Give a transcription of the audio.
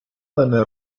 мене